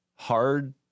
hard